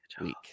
week